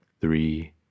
three